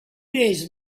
days